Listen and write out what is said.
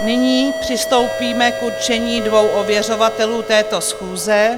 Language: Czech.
Nyní přistoupíme k určení dvou ověřovatelů této schůze.